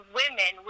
women